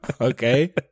Okay